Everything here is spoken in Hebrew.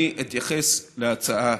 אני אתייחס להצעה